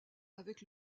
avec